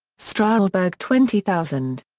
strassburg twenty thousand.